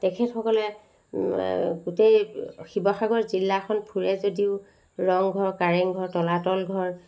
তেখেতসকলে গোটেই শিৱসাগৰ জিলাখন ফুৰে যদিও ৰংঘৰ কাৰেংঘৰ তলাতলঘৰ